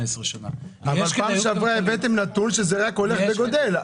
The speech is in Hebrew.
שנה --- אתם בפעם שעברה הבאתם נתון שזה רק הולך וגודל,